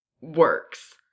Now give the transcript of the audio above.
works